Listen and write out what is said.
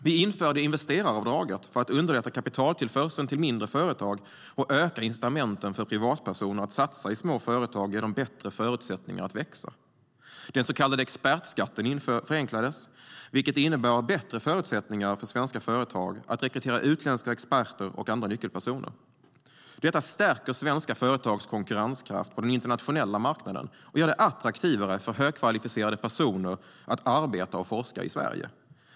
Vi införde investeraravdraget för att underlätta kapitaltillförseln till mindre företag och öka incitamenten för privatpersoner att satsa i små företag och ge dem bättre förutsättningar att växa. Den så kallade expertskatten förenklades, vilket innebär bättre förutsättningar för svenska företag att rekrytera utländska experter och andra nyckelpersoner. Detta stärker svenska företags konkurrenskraft på den internationella marknaden och gör det attraktivare för högkvalificerade personer att arbeta och forska i Sverige.